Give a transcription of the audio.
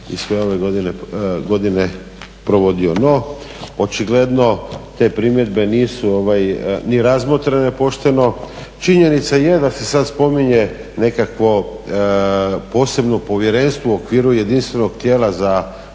i sve ove godine provodio. No, očigledno te primjedbe nisu ni razmotrene pošteno. Činjenica je da se sad spominje nekakvo posebno povjerenstvo u okviru jedinstvenog tijela za